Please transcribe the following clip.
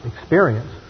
experience